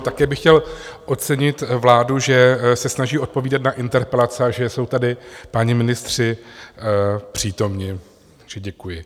Také bych chtěl ocenit vládu, že se snaží odpovídat na interpelace a že jsou tady páni ministři přítomni, takže děkuji.